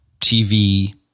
TV